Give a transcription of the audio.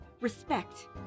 respect